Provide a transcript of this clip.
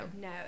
No